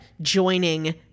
joining